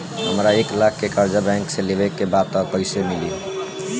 हमरा एक लाख के कर्जा बैंक से लेवे के बा त कईसे मिली?